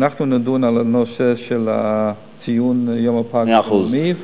שאנחנו נדון על נושא ציון יום הפג הבין-לאומי,